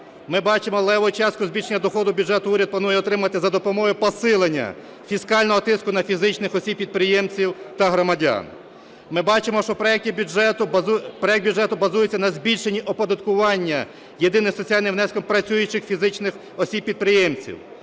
Ми бачимо левову частку збільшення доходу бюджету уряд планує отримати за допомогою посилення фіскального тиску на фізичних осіб-підприємців та громадян. Ми бачимо, що проект бюджету базується на збільшенні оподаткування єдиного соціального внеску працюючих фізичних-осіб підприємців.